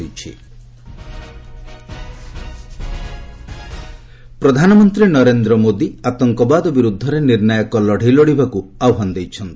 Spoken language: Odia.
ପିଏମ୍ ହାଉଡ଼ି ମୋଦି ପ୍ରଧାନମନ୍ତ୍ରୀ ନରେନ୍ଦ ମୋଦି ଆତଙ୍କବାଦ ବିରୃଦ୍ଧରେ ନିର୍ଣ୍ଣାୟକ ଲଢ଼େଇ ଲଢ଼ିବାକୁ ଆହ୍ନାନ ଦେଇଛନ୍ତି